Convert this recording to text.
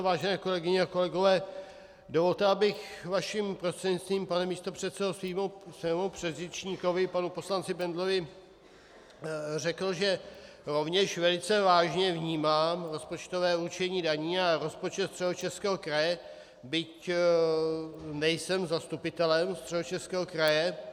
Vážené kolegyně a kolegové, dovolte, abych vašim prostřednictvím, pane místopředsedo svému předřečníkovi panu poslanci Bendlovi řekl, že rovněž velice vážně vnímám rozpočtové určení daní a rozpočet Středočeského kraje, byť nejsem zastupitelem Středočeského kraje.